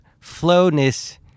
flowness